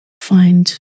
find